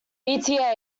eta